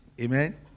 Amen